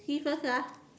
see first lah